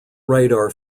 radar